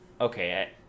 okay